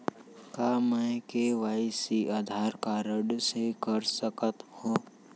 का मैं KYC Aadhaar card से कर सकत हो?